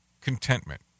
contentment